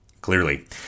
Clearly